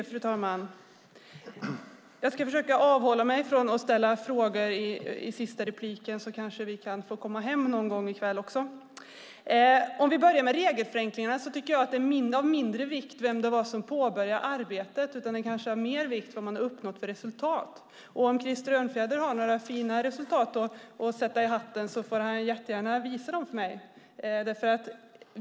Fru talman! Jag ska försöka avhålla mig från att ställa frågor i sista repliken, så kanske vi kan få komma hem i kväll också. Låt mig börja med regelförenklingarna. Jag tycker att det är av mindre vikt vem det var som påbörjade arbetet, utan det är av mer vikt vilka resultat som uppnåtts. Om Krister Örnfjäder har några fina resultat att sätta i hatten får han gärna visa dem för mig.